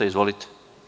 Izvolite.